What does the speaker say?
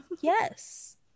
yes